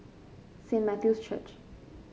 Saint Matthew's Church